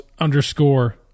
underscore